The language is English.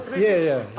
yeah. yeah.